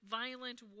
violent